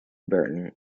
burton